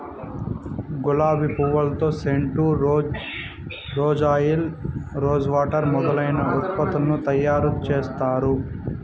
గులాబి పూలతో scent, rose oil, rose water మొదలైన ఉత్పత్తులను తయారు చేత్తారు